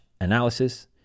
analysis